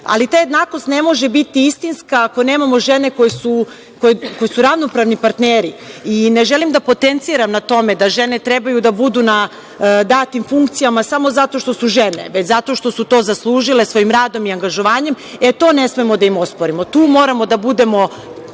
Ali ta jednakost ne može biti istinska ako nemamo žene koje su ravnopravni partneri. Ne želim da potenciram na tome da žene treba da budu na datim funkcijama samo zato što su žene, već zato što su to zaslužile svojim radom i angažovanjem, e, to ne smemo da im osporimo. Tu naše kolege